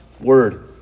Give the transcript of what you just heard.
word